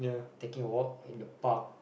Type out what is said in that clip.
taking a walk in the park